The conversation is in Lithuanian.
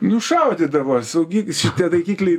nu šaudydavo saugi šitie taikikliai